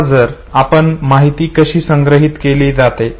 आता जर आपण माहिती कशी संग्रहित केली जाते